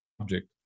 object